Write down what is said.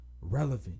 relevant